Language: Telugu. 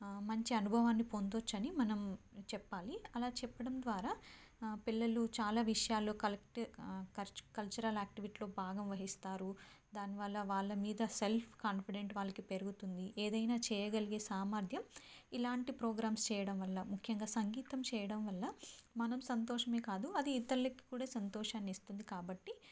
మంచి అనుభవాన్ని పొందొచ్చని మనం చెప్పాలి అలా చెప్పడం ద్వారా పిల్లలు చాలా విషయాల్లో కలెక్టి కల్చరల్ యాక్టివిటీలో భాగం వహిస్తారు దానివల్ల వాళ్ళ మీద సెల్ఫ్ కాన్ఫిడెంట్ వాళ్ళకి పెరుగుతుంది ఏదైనా చెయ్యగలిగే సామర్థ్యం ఇలాంటి ప్రోగ్రామ్స్ చెయ్యడం వల్ల ముఖ్యంగా సంగీతం చెయ్యడం వల్ల మనం సంతోషమే కాదు అది ఇతరులకి కూడా సంతోషాన్ని ఇస్తుంది కాబట్టి